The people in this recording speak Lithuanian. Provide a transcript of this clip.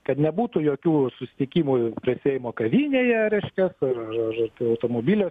kad nebūtų jokių susitikimų prie seimo kavinėje reiškias ar ar ar automobilio